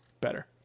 better